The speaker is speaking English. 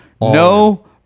no